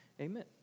Amen